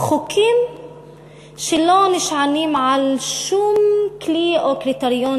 חוקים שלא נשענים על שום כלי או קריטריון